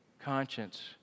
conscience